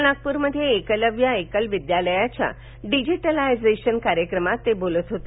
काल नागप्रमध्ये क्रिलव्य क्रिल विद्यालयाच्या डिजिटलायझेशन कार्यक्रमात ते बोलत होते